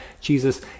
Jesus